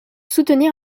soutenir